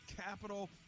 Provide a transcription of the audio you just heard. capital